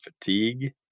fatigue